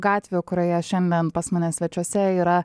gatvių kurioje šiandien pas mane svečiuose yra